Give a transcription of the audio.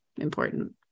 important